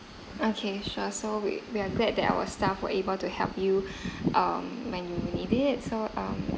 okay sure so we we are glad that our staff were able to help you um when you need it so um